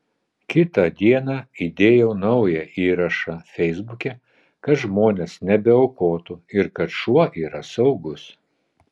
kitą dieną įdėjau naują įrašą feisbuke kad žmonės nebeaukotų ir kad šuo yra saugus